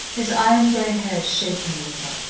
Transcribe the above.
his iron-grey head shaking a little.